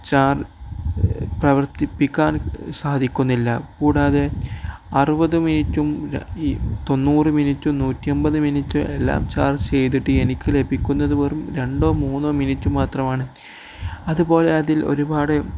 charge പ്രവർത്തിപ്പിക്കാൻ സാധിക്കുന്നില്ല കൂടാതെ അറുപത് മിനിറ്റും ഈ തൊണ്ണൂറ് മിനിറ്റും നൂറ്റിയമ്പത് മിനിറ്റും എല്ലാം ചാർജ് ചെയ്തിട്ടും എനിക്ക് ലഭിക്കുന്നത് വെറും രണ്ടോ മൂന്നോ മിനിറ്റ് മാത്രമാണ് അതുപോലെ അതിൽ ഒരുപാട്